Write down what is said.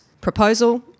proposal